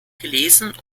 gelesen